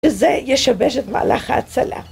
זה ישבש את מהלך ההצלה.